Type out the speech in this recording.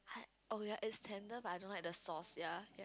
oh ya it's tender but I don't like the sauce ya ya